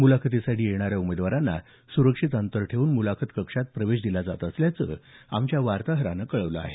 मुलाखतीसाठी आलेल्या उमेदवारांना सुरक्षित अंतर ठेऊन मुलाखत कक्षात प्रवेश दिला जात असल्याचं आमच्या वार्ताहरानं कळवलं आहे